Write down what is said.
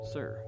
Sir